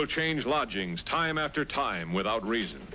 will change lodgings time after time without reason